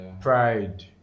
pride